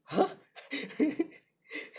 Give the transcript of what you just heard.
!huh!